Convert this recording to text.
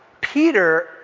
Peter